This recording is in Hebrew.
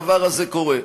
לוודא שהדבר הזה קורה.